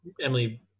Emily